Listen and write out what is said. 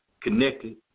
connected